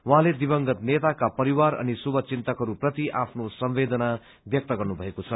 उहाँले दिवंगत नेताका परिवार अनि शुभचिन्तकहरू प्रति आफ्नो संवदेना व्यक्त गर्नुभएको छ